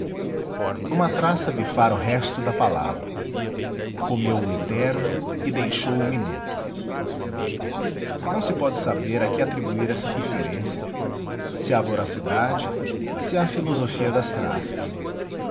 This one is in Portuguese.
uma traça bifara o resto da palavra comeu o eterno e deixou o minuto não se pode saber a que atribuir essa preferência se à voracidade se à filosofia das traças